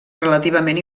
relativament